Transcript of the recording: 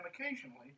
occasionally